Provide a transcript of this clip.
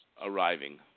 arriving